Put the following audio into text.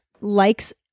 likes